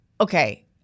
okay